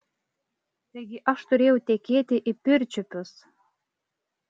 taigi aš turėjau tekėti į pirčiupius